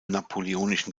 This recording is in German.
napoleonischen